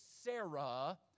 Sarah